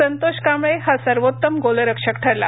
संतोष कांबळे हा सर्वोत्तम गोलरक्षक ठरला